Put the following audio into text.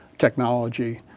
technology.